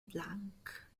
blank